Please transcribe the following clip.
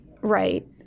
right